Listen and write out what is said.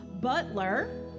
Butler